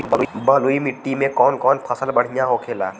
बलुई मिट्टी में कौन कौन फसल बढ़ियां होखेला?